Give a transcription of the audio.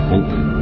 open